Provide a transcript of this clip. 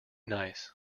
nice